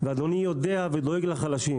ואדוני יודע ודואג לחלשים,